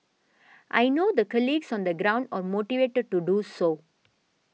I know the colleagues on the ground are motivated to do so